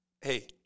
hey